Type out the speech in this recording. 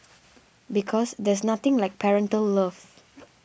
because there's nothing like parental love